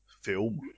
film